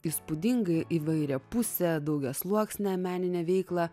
įspūdingai įvairiapusę daugiasluoksnę meninę veiklą